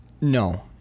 no